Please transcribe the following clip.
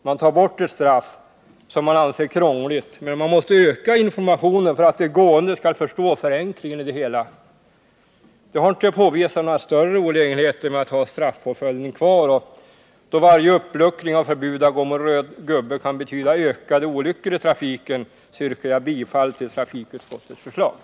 Man tar bort ett straff, som man anser krångligt, men man måste öka informationen för att de gående skall förstå förenklingen i det hela. Det är inte påvisat några större olägenheter med att ha straffpåföljden kvar, och då varje uppluckring av förbudet att gå mot röd gubbe kan betyda ökade olyckor i trafiken yrkar jag bifall till trafikutskottets hemställan.